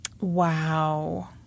Wow